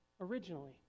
originally